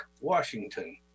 Washington